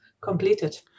completed